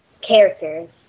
characters